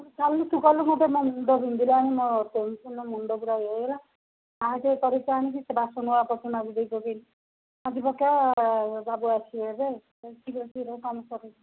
ତୁ ଗଲୁ ମୋ ମୁଣ୍ଡ ବିନ୍ଧିଲାଣି ମୋ ଟେନସନ୍ରେ ମୁଣ୍ଡ ପୁରା ଇଏ ହେଇଗଲା ସେ ବାସନ ପ୍ରଥମେ ମାଜି ଦେଇ ପକାଇଲୁ ମାଜିପକା ବାବୁ ଆସିବେ ଏବେ କ୍ଷୀର ଫିର କାମ ସାରିକି